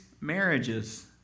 marriage's